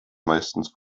meistens